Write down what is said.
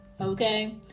Okay